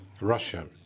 Russia